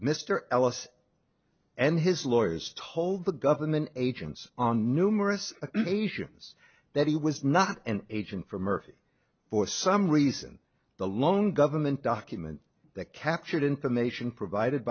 mr ellis and his lawyers told the government agents on numerous occasions that he was not an agent for murphy for some reason the loan government documents that captured information provided